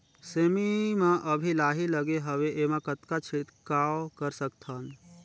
सेमी म अभी लाही लगे हवे एमा कतना छिड़काव कर सकथन?